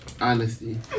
Honesty